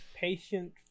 Patient